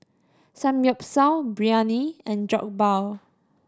Samgyeopsal Biryani and Jokbal